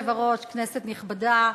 אדוני היושב-ראש, כנסת נכבדה,